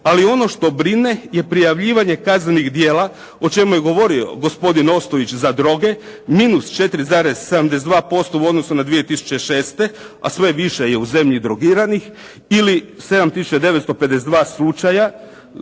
Ali ono što brine je prijavljivanje kaznenih djela o čemu je govorio gospodin Ostojić za droge, minus 4,72% u odnosu na 2006. a sve više je u zemlji drogiranih. Ili 7 tisuća 952